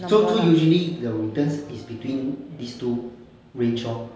so so usually the returns is between these two range lor